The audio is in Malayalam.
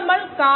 173 5